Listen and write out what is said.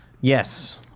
Yes